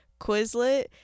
Quizlet